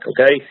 okay